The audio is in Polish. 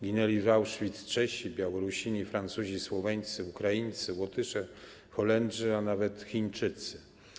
Ginęli w Auschwitz Czesi, Białorusini, Francuzi, Słoweńcy, Ukraińcy, Łotysze, Holendrzy, a nawet Chińczycy.